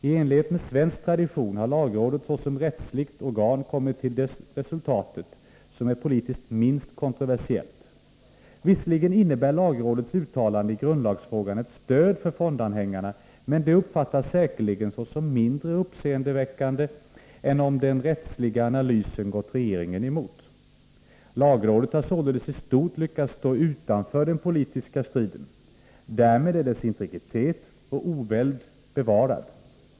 I enlighet med svensk tradition har lagrådet såsom rättsligt organ kommit till det resultat som är politiskt minst kontroversiellt. Visserligen innebär lagrådets uttalande i grundlagsfrågan ett stöd för fondanhängarna, men det uppfattas säkerligen såsom mindre uppseendeväckande än om den rättsliga analysen hade gått regeringen emot. Lagrådet har således i stort lyckats stå utanför den politiska striden. Därmed är dess integritet och oväld bevarad.